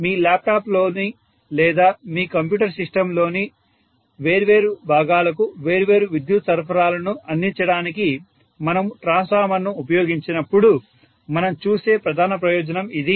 మీ ల్యాప్టాప్లోని లేదా మీ కంప్యూటర్ సిస్టమ్లోని వేర్వేరు భాగాలకు వేర్వేరు విద్యుత్ సరఫరాలను అందించడానికి మనము ట్రాన్స్ఫార్మర్ను ఉపయోగించినప్పుడు మనం చూసే ప్రధాన ప్రయోజనం ఇది